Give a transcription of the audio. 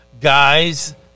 guys